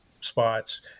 spots